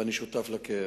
ואני שותף לכאב.